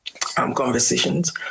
conversations